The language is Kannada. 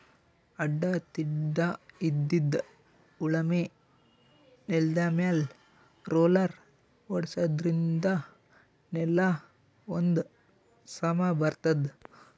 ಅಡ್ಡಾ ತಿಡ್ಡಾಇದ್ದಿದ್ ಉಳಮೆ ನೆಲ್ದಮ್ಯಾಲ್ ರೊಲ್ಲರ್ ಓಡ್ಸಾದ್ರಿನ್ದ ನೆಲಾ ಒಂದ್ ಸಮಾ ಬರ್ತದ್